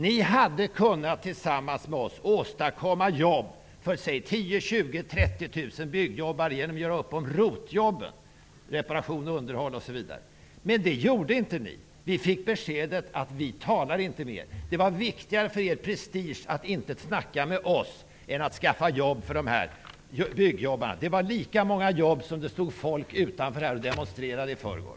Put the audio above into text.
Ni hade tillsammans med oss kunnat åstadkomma jobb för ROT-jobben, dvs. reparation och underhåll. Men det gjorde ni inte. Vi fick beskedet att ni inte talar med oss. Det var viktigare för er prestige att inte snacka med oss än att skaffa jobb till dessa byggjobbare. Det var fråga om lika många jobb som det stod folk utanför riksdagen och demonstrerade i förrgår.